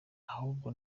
ahubwo